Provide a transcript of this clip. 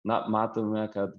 na matome kad